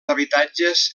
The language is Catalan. habitatges